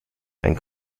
ein